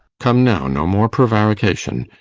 come now, no more prevarication!